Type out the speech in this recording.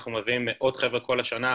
אנחנו מביאים מאות חבר'ה כל השנה,